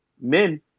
men